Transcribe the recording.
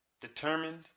determined